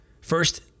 First